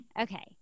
Okay